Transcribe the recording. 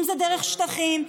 אם זה דרך שטחים,